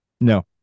No